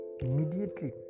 immediately